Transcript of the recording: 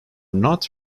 not